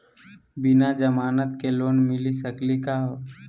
बिना जमानत के लोन मिली सकली का हो?